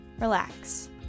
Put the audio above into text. relax